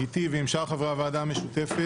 איתי ועם שאר חברי הוועדה המשותפת.